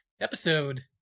episode